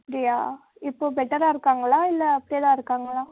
அப்படியா இப்போ பெட்டராக இருக்காங்களா இல்லை அப்படியே தான் இருக்காங்களா